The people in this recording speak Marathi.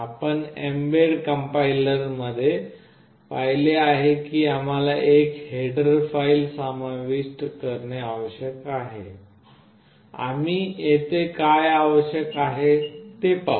आपण एमबेड कंपाईलरमध्ये पाहिले आहे की आम्हाला एक हेडर फाईल समाविष्ट करणे आवश्यक आहे आम्ही येथे काय आवश्यक आहे ते पाहू